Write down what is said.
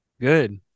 Good